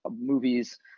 movies